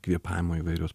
kvėpavimo įvairios